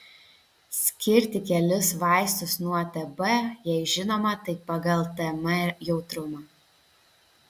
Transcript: skirti kelis vaistus nuo tb jei žinoma tai pagal tm jautrumą